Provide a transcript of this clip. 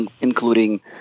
including